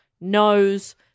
knows